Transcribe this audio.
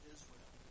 Israel